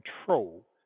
control